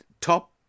top